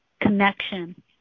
connection